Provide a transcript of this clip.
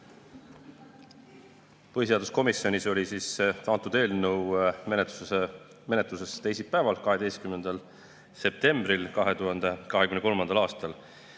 Põhiseaduskomisjonis oli antud eelnõu menetluses teisipäeval, 12. septembril 2023. aastal.